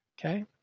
Okay